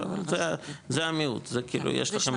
זה המיעוט, זה כאילו יש לכם.